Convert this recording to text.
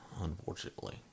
unfortunately